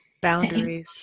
Boundaries